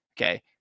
Okay